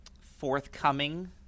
forthcoming